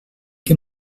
que